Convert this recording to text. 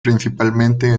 principalmente